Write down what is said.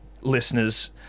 listeners